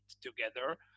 together